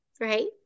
right